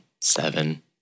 seven